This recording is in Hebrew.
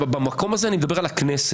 במקום הזה אני מדבר על הכנסת.